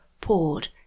poured